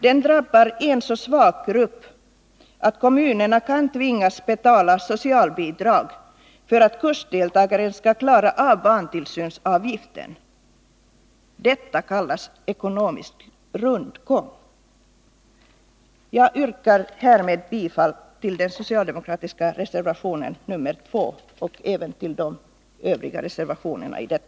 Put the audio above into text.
Den drabbar en så svag grupp att kommunerna kan tvingas betala socialbidrag för att kursdeltagarna skall klara av barntillsynsavgiften. Detta kallas ekonomisk rundgång. Herr talman! Jag yrkar härmed bifall till de socialdemokratiska reservationerna vid betänkandet.